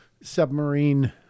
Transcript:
submarine